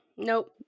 Nope